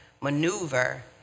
maneuver